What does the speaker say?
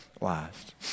last